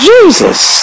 Jesus